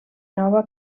nova